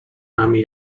nami